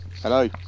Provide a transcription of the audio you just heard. hello